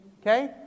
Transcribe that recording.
Okay